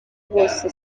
bose